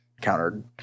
countered